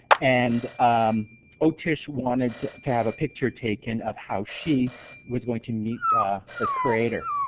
and osh-tisch wanted to have a picture taken of how she was going to meet her creator.